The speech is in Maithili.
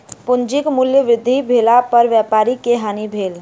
पूंजीक मूल्य वृद्धि भेला पर व्यापारी के हानि भेल